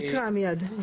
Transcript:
אני אקרא מיד.